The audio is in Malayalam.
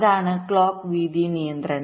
അതാണ് ക്ലോക്ക് വീതി നിയന്ത്രണം